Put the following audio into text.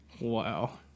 Wow